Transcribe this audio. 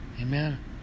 Amen